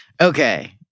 Okay